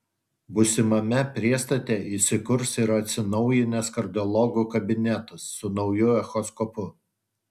būsimame priestate įsikurs ir atsinaujinęs kardiologų kabinetas su nauju echoskopu